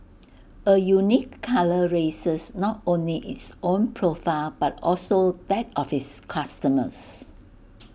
A unique colour raises not only its own profile but also that of its customers